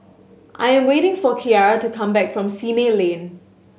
I am waiting for Kiara to come back from Simei Lane